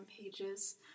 pages